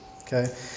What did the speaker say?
Okay